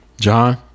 John